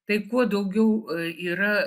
tai kuo daugiau yra